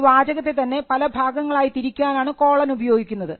ഒരു വാചകത്തെ തന്നെ പല ഭാഗങ്ങളായി തിരിക്കാനാണ് കോളൻ ഉപയോഗിക്കുന്നത്